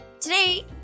Today